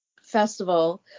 festival